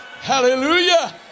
Hallelujah